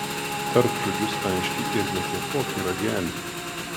tark žodžius aiškiai ir nekvėpuok į ragelį